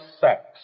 sex